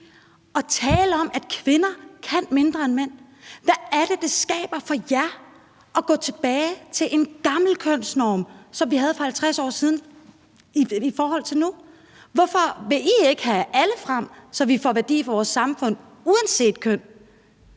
at tale om, at kvinder kan mindre end mænd? Hvad er det, det skaber for jer at gå tilbage til en gammel kønsnorm, som vi havde for 50 år siden, i forhold til nu? Hvorfor vil I ikke have alle frem, så vi får værdi i vores samfund uanset køn?